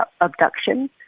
abduction